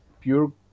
pure